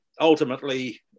ultimately